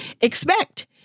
expect